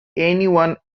anyone